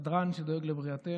הסדרן שדואג לבריאותנו,